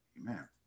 Amen